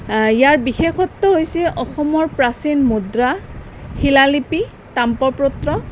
ইয়াৰ বিশেষত্ব হৈছে অসমৰ প্ৰাচীন মুদ্ৰা শিলালিপি তামৰ পত্ৰ